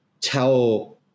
tell